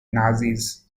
nazis